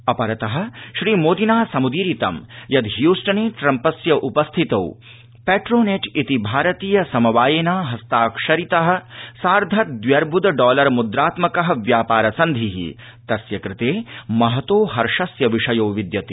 अपरत श्रीमोदिना सम्दीरितं यद् ह्यूस्टने ट्रम्पस्य उपस्थितौ पेट्रानेट इति भारतीय समवायेन हस्ताक्षरितः सार्ध द्व्यर्ब्द डॉलर मुद्रात्मक व्यापार सन्धि तस्य कृते महतो हर्षस्य विषयो विद्यते